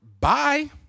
Bye